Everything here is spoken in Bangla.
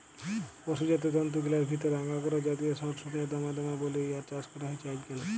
পসুজাত তন্তুগিলার ভিতরে আঙগোরা জাতিয় সড়সইড়ার দাম দমে বল্যে ইয়ার চাস করা হছে আইজকাইল